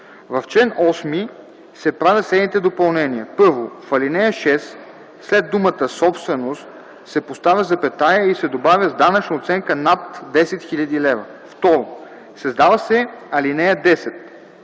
В чл. 8 се правят следните допълнения: 1. В ал. 6 след думата „собственост” се поставя запетая и се добавя „с данъчна оценка над 10 000 лв.”. 2. Създава се ал. 10: